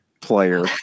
player